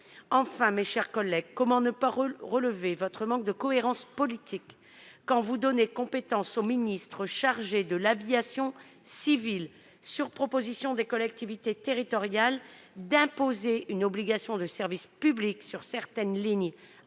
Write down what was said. Enfin, mes chers collègues, comment ne pas relever votre manque de cohérence politique ? Vous donnez compétence au ministre chargé de l'aviation civile d'imposer, sur proposition des collectivités territoriales, une obligation de service public sur certaines lignes